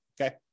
okay